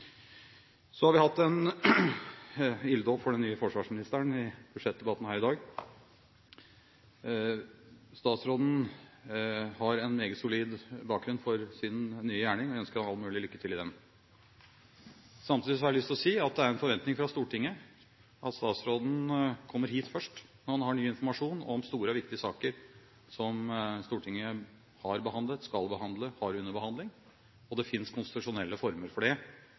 Så har vi hatt en ilddåp for den nye forsvarsministeren i budsjettdebatten her i dag. Statsråden har en meget solid bakgrunn for sin nye gjerning, og jeg ønsker ham all mulig lykke til i den. Samtidig har jeg lyst til å si at det er en forventning fra Stortinget om at statsråden kommer hit først, når han har ny informasjon om store og viktige saker som Stortinget har behandlet, skal behandle eller har under behandling. Det finnes konstitusjonelle former for det,